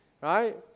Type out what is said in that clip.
right